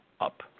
up